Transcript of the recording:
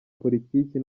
politiki